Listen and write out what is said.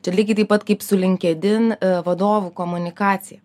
čia lygiai taip pat kaip su linkedin vadovų komunikacija